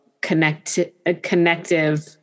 connective